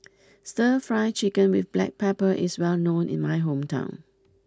Stir Fry Chicken with black pepper is well known in my hometown